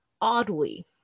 oddly